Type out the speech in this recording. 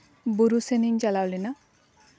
ᱵᱩᱨᱩ ᱥᱮᱱᱤᱧ ᱪᱟᱞᱟᱣ ᱞᱮᱱᱟ